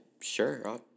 sure